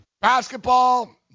Basketball